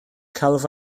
celf